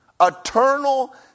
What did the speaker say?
eternal